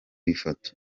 ifoto